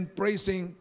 praising